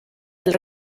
del